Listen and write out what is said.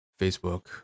Facebook